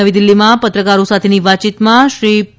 નવી દિલ્હીમાં પત્રકારો સાથેની વાતચીતમાં શ્રી પી